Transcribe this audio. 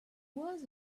was